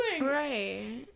right